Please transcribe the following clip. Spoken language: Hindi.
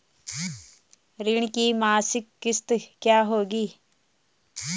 ऋण की मासिक किश्त क्या होगी?